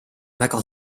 väga